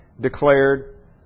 declared